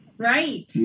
Right